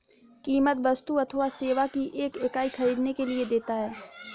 कीमत वस्तु अथवा सेवा की एक इकाई ख़रीदने के लिए देता है